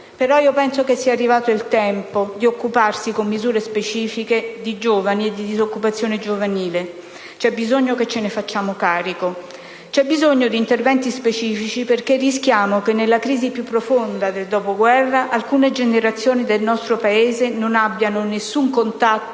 Però, penso che sia arrivato il tempo di occuparsi, con misure specifiche, di giovani e di disoccupazione giovanile. C'è bisogno che ce ne facciamo carico; c'è bisogno di interventi specifici, perché rischiamo che, nella crisi più profonda del dopoguerra, alcune generazioni del nostro Paese non abbiano nessun contatto